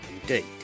indeed